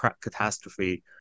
catastrophe